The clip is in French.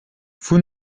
vous